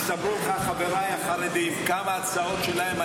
יספרו לך חבריי החרדים כמה הצעות שלהם,